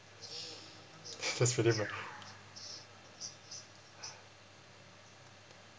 that's really bad